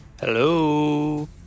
hello